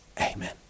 Amen